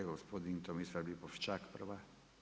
Gospodin Tomislav Lipošćak, prva.